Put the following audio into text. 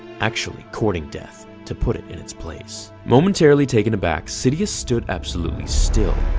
actually courting death to put it in its place momentarily taken aback, sidious stood absolutely still.